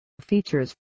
features